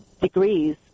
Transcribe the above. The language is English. degrees